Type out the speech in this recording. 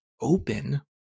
open